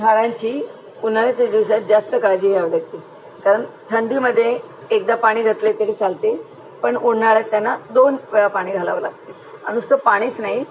झाडांची उन्हाळ्याच्या दिवसात जास्त काळजी घ्यावी लागते कारन थंडीमध्ये एकदा पाणी घातले तरी चालते पण उन्हाळ्यात त्यांना दोन वेळा पाणी घालावं लागते नुसतं पाणीच नाही